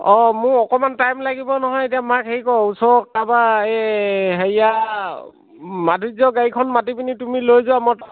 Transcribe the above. অ' মোৰ অকণমান টাইম লাগিব নহয় এতিয়া মাক হেয়ি কৰো ওচৰৰ কাবা এই হেয়িয়া মাধুৰ্য্য গাড়ীখন মাতিপিনি তুমি লৈ যোৱা